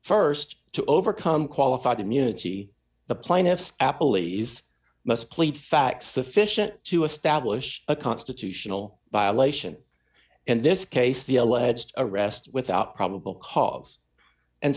st to overcome qualified immunity the plaintiff's apple e's must plead facts sufficient to establish a constitutional violation and this case the alleged arrest without probable cause and